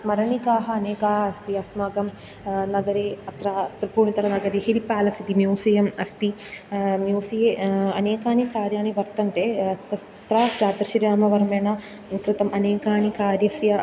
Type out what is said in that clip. स्मरणिकाः अनेकाः अस्ति अस्माकं नगरे अत्र त्रिपूर्णितरनगरे हिल् पालेस् इति म्यूसियम् अस्ति म्यूसिये अनेकानि कार्याणि वर्तन्ते तत्र रात्रश्रीरामवर्मेण कृतम् अनेकानि कार्यस्य